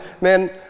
man